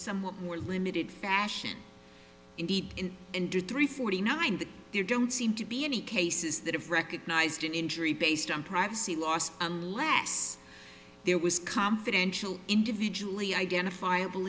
somewhat more limited fashion in deep and did three forty nine that there don't seem to be any cases that have recognized an injury based on privacy lost last it was confidential individually identifiable